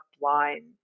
line